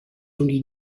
only